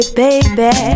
baby